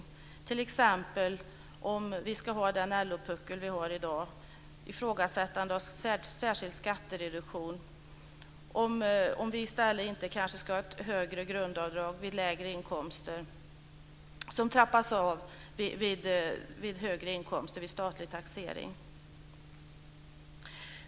Det gäller t.ex. om man ska ha den LO-puckel som finns i dag, ifrågasättandet av en särskild skattereduktion. om man inte i stället ska ha ett högre grundavdrag vid lägre inkomster som trappas av vid högre inkomster vid statlig taxering.